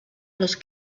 los